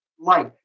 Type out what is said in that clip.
life